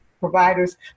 providers